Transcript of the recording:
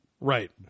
Right